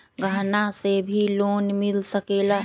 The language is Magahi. गहना से भी लोने मिल सकेला?